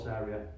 area